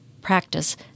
practice